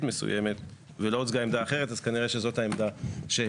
מסוימת ולא הוצגה עמדה אחרת אז כנראה שזאת העמדה שהביאה